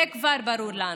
זה כבר ברור לנו.